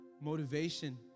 motivation